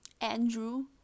andrew